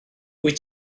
wyt